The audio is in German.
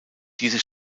diese